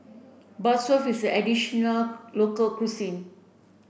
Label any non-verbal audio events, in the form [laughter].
[unintelligible] is a traditional local cuisine